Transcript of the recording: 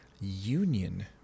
union